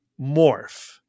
morph